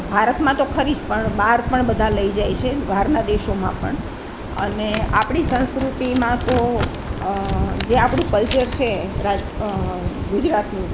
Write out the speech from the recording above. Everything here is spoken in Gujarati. ભારતમાં તો ખરી જ પણ બાર પણ બધા લઈ જાય છે બહારના દેશોમાં પણ અને આપણી સંસ્કૃતિમાં તો જે આપણું કલ્ચર છે રાજ અ ગુજરાતનું